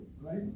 right